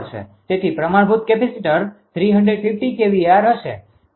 તેથી પ્રમાણભૂત capacitor 350 kVAr હશે